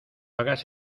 hagas